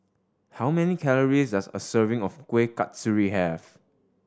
how many calories does a serving of Kuih Kasturi have